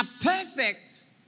perfect